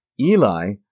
Eli